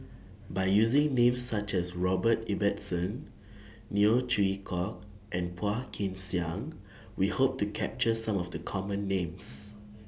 By using Names such as Robert Ibbetson Neo Chwee Kok and Phua Kin Siang We Hope to capture Some of The Common Names